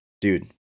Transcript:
Dude